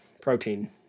protein